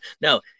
No